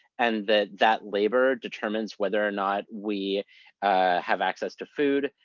and that that labor determines whether or not we have access to food,